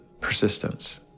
persistence